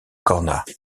cornas